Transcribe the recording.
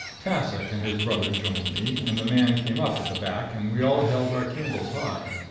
tassoc and his brother joined me, and the man came up at the back, and we all held our candles high.